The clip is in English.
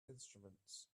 instruments